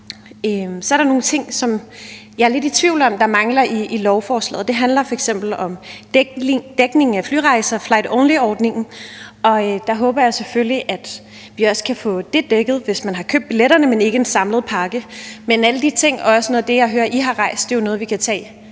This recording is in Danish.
Så er der nogle ting, som jeg er lidt i tvivl om hvorvidt mangler i lovforslaget. Det handler f.eks. om dækningen af flyrejser, flight only-ordningen, og der håber jeg selvfølgelig, at vi også kan få det dækket, hvis man har købt billetterne, men ikke en samlet pakke. Men alle de ting og også noget af det, som jeg hører I har rejst, er jo noget, som vi kan tage